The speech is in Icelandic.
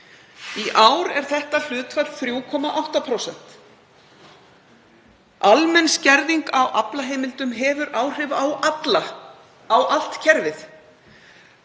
Í ár er hlutfallið 3,8%. Almenn skerðing á aflaheimildum hefur áhrif á alla, á allt kerfið.